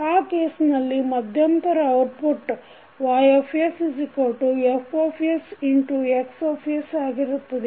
ಆ ಕೇಸ್ನಲ್ಲಿ ಮಧ್ಯಂತರ ಔಟ್ಪುಟ್ YsFsX ಆಗಿರುತ್ತದೆ